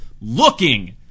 Looking